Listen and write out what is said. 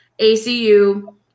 ACU